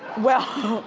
well,